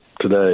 today